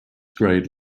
grade